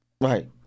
Right